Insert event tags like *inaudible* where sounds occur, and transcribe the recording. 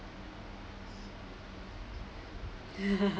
*laughs*